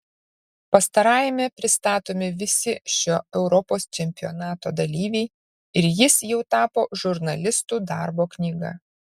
pastarajame pristatomi visi šio europos čempionato dalyviai ir jis jau tapo žurnalistų darbo knyga